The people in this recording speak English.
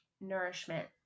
nourishment